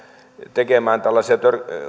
tekemään tällaisia